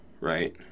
Right